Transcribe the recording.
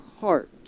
heart